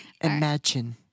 Imagine